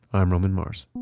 i'm roman mars